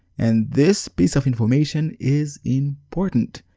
and this piece of information is important.